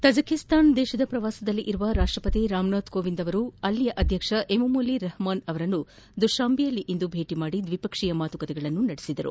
Tajikistan ಪ್ರವಾಸದಲ್ಲಿರುವ ರಾಷ್ಷಪತಿ ರಾಮನಾಥ್ ಕೋವಿಂದ್ ಅವರು ಅಲ್ಲಿನ ಅಧ್ಯಕ್ಷ ಎಮೋಮಲಿ ರೆಹಮಾನ್ ಅವರನ್ನು ದುಷಾಂಬೆಯಲ್ಲಿಂದು ಭೇಟಿ ಮಾಡಿ ದ್ವಿಪಕ್ಷಿಯ ಮಾತುಕತೆ ನಡೆಸಿದರು